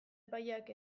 epaileak